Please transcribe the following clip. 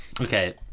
Okay